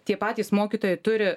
tie patys mokytojai turi